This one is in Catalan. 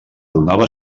donava